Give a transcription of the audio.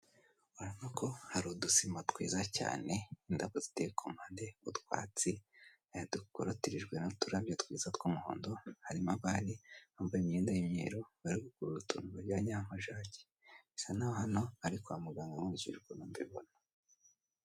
Urabona ko hari udusima twiza cyane indabo ziteye ku mpande utwatsi dukorotirijwe n'uturabyo twiza tw'umuhondo, hari abari bambaye imyenda y'imyeru bari gukurura utuntu wagira ngo ni amajagi bisa naho hano ari kwa muganga nkurikije ukuntu mbibona.